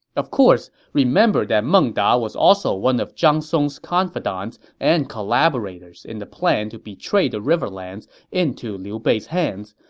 of course, remember that meng da was also one of zhang song's confidants and collaborators in the plan to betray the riverlands into liu bei's hands.